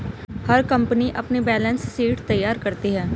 हर company अपनी balance sheet तैयार करती है